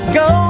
go